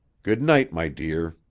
good-night, my dear.